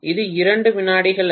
இது இரண்டு வினாடிகள் அல்ல